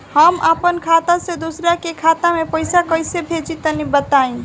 हम आपन खाता से दोसरा के खाता मे पईसा कइसे भेजि तनि बताईं?